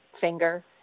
finger